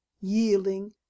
yielding